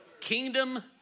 Kingdom